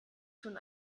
schon